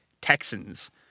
Texans